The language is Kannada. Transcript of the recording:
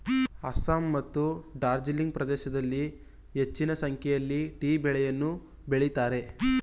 ಅಸ್ಸಾಂ ಮತ್ತು ಡಾರ್ಜಿಲಿಂಗ್ ಪ್ರದೇಶಗಳಲ್ಲಿ ಹೆಚ್ಚಿನ ಸಂಖ್ಯೆಯಲ್ಲಿ ಟೀ ಬೆಳೆಯನ್ನು ಬೆಳಿತರೆ